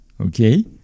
Okay